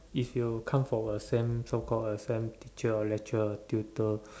if you come for all same so call a same teacher or lecture tutor